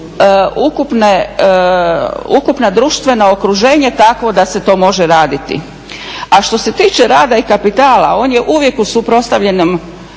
ako nisu ukupno društveno okruženje takvo da se to može raditi. A što se tiče rada i kapitala on je uvijek suprotstavljen